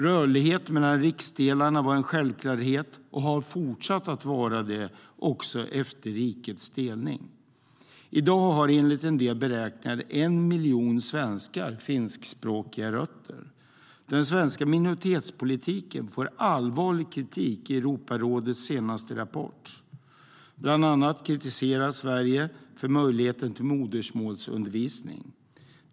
Rörlighet mellan riksdelarna var en självklarhet och har fortsatt att vara det också efter rikets delning. I dag har enligt en del beräkningar 1 miljon svenskar finskspråkiga rötter. Den svenska minoritetspolitiken får allvarlig kritik i Europarådets senaste rapport. Bland annat kritiseras Sverige beträffande möjligheten till modersmålsundervisning.